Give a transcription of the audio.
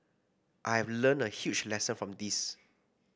I have learnt a huge lesson from this